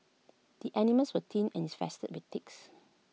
the animals were thin and infested with ticks